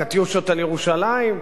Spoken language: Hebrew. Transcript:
קטיושות על ירושלים,